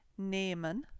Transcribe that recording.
nehmen